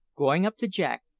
going up to jack,